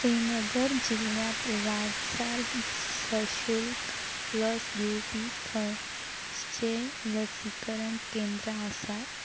श्रीनगर जिल्ल्यांत लागसार सशुल्क लस दिवपी खंयचें लसीकरण केंद्र आसा